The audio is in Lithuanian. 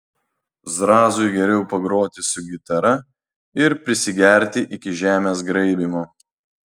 zrazui geriau pagroti su gitara ir prisigerti iki žemės graibymo